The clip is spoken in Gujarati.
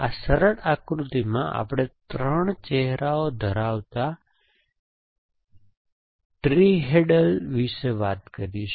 આ સરળ આકૃતિમાં આપણે 3 ચહેરાઓ ધરાવતા ટ્રિહેડ્રલ વિશે વાત કરીશું